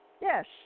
Yes